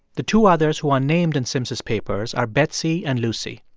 the two others who are named in sims's papers are betsey and lucy.